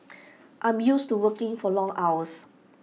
I'm used to working for long hours